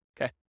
Okay